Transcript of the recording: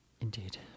Indeed